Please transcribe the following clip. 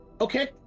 Okay